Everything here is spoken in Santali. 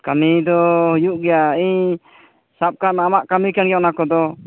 ᱠᱟᱹᱢᱤ ᱫᱚ ᱦᱩᱭᱩᱜ ᱜᱮᱭᱟ ᱤᱧ ᱥᱟᱵ ᱠᱟᱜ ᱢᱮ ᱟᱢᱟᱜ ᱠᱟᱹᱢᱤ ᱠᱟᱱ ᱜᱮᱭᱟ ᱚᱱᱟ ᱠᱚᱫᱚ